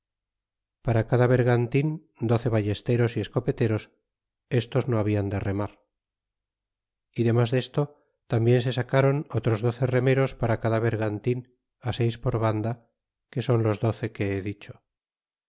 para cada vergantin doce ballesteros y escopeteros estos no hablan de remar y demas desto tambien se sacaron otros doce remeros para cada vergantin seis por banda que son los doce que he dicho